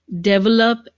develop